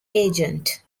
agent